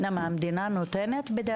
למה, המדינה נותנת בדרך כלל?